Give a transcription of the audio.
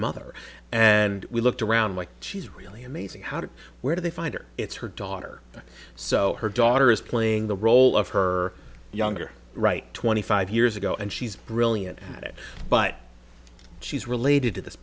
mother and we looked around like she's really amazing how did where do they find her it's her daughter so her daughter is playing the role of her younger right twenty five years ago and she's brilliant at it but she's related t